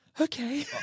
Okay